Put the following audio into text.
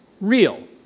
real